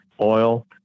oil